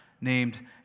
named